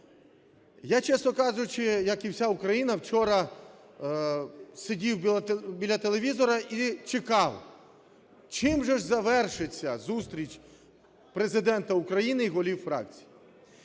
Я, чесно кажучи, як і вся Україна, вчора сидів біля телевізора і чекав, чим же завершиться зустріч Президента України і голів фракцій.